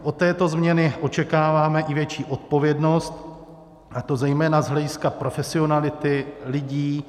Od této změny očekáváme i větší odpovědnost, a to zejména z hlediska profesionality lidí.